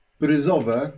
pryzowe